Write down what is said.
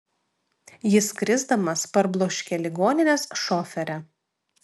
jis krisdamas parbloškė ligoninės šoferę